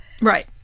right